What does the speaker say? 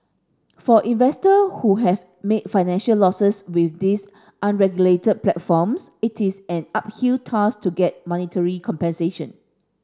for investor who have made financial losses with these unregulated platforms it is an uphill task to get monetary compensation